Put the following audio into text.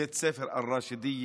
בית ספר אל-ראשידיה,